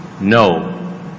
No